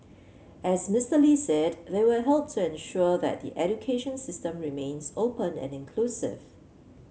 as Mister Lee said they will help to ensure that the education system remains open and inclusive